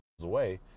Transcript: away